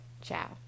ciao